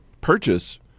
purchase